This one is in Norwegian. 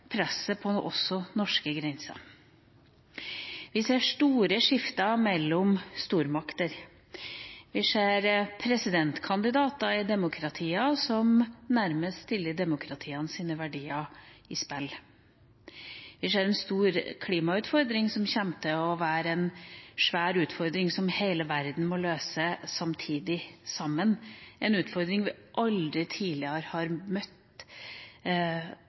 presset også på norske grenser. Vi ser store skifter mellom stormakter. Vi ser presidentkandidater i demokratier som nærmest setter demokratiets verdier i spill. Vi ser en stor klimautfordring, som kommer til å være en svær utfordring som hele verden må løse samtidig, sammen, en utfordring vi aldri tidligere har møtt